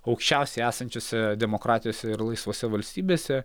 aukščiausiai esančiose demokratijose ir laisvose valstybėse